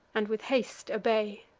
and with haste obey.